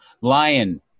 lion